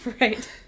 Right